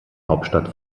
hauptstadt